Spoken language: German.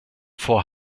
vor